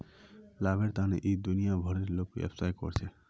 लाभेर तने इ दुनिया भरेर लोग व्यवसाय कर छेक